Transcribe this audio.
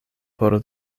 por